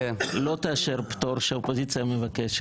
אולמרט - לאפשר לתושבי רשויות מקומיות לבחור ברשויות שמונה להן ממונה.